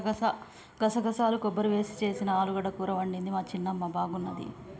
గసగసాలు కొబ్బరి వేసి చేసిన ఆలుగడ్డ కూర వండింది మా చిన్నమ్మ బాగున్నది